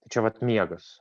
tai čia vat miegas